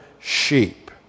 sheep